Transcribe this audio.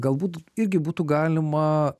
galbūt irgi būtų galima